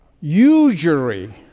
usury